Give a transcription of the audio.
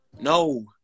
No